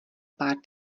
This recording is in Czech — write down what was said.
pár